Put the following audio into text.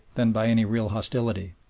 than by any real hostility,